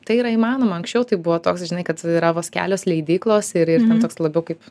tai yra įmanoma anksčiau tai buvo toks žinai kad yra vos kelios leidyklos ir ir ten toks labiau kaip